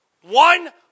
One